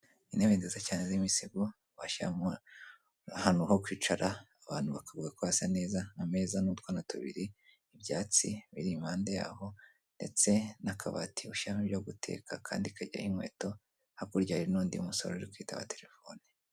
Intebe nziza cyane z'imisego, bashyiramo ahantu ho kwicara, abantu bakavuga ko hasa neza. Ameza n'utwana tubiri, ibyatsi biri impande yaho, ndetse n'akabati ushyiramo ibyo guteka akandi kajyaho inkweto, hakurya hari n'undi musore uri kwitaba telefone.